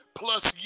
plus